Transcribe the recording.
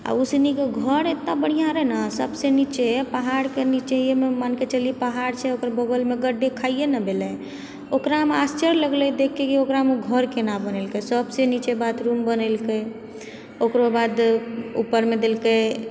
आओर ऊसनीके घर एतेक बढ़िया रहै ने सबसँ निचे पहाड़के निचेमे मानिकऽ चली पहाड़ छै ओकर बगलमे गढ्ढे खाइए ने भेलै ओकरामे आश्चर्य लगलै देखिकऽ की ओकरामे घर कोना बनेलकै सबसँ निचाँ बाथरूम बनेलकै ओकरोबाद ऊपरमे देलकै